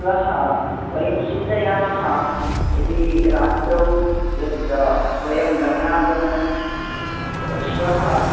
श्वः वयं चिन्तयामः यदि रात्रौ यत् वयं गमनागमनं श्वः